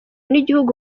n’igihugu